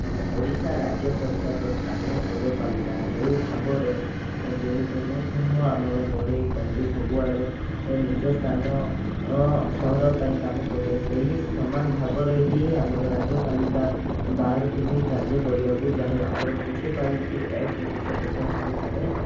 ଆମ ଓଡ଼ିଶା ରାଜ୍ୟ ସରକାରର ସ୍ଥାନୀୟ ପୌରପାଳିକା ଯେଉଁ ଭାବରେ ଏ ଯେଉଁ ପ୍ରେମ ସହ ଆମର ଗଳି କନ୍ଦି ସବୁଆଡ଼େ ନିଜ ସ୍ଥାନ ସହର ପାଇଁ କାମ କରେ ସେହି ସମାନ ଭାବରେ ହିଁ ଆମର ରାଜ୍ୟପାଳିକା ବାହାରକୁ ବି କାର୍ଯ୍ୟ କରିବାକୁ ଯାଏ ଆମର ମୁନିସିପାଲିଟି ଆକ୍ଟ ଉଣେଇଶହ ପଚାଶ ଅନୁସାରେ